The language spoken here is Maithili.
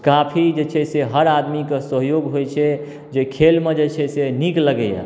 काफी जे छै से हर आदमी कऽ सहयोग होइत छै जे खेलमे जे छै से नीक लगैए